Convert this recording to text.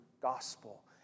gospel